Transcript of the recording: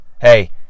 hey